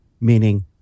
meaning